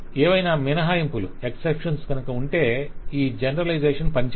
ఏవైనా మినహాయింపులు ఉంటే ఈ జనరలైజేషన్ పనిచేయదు